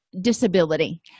disability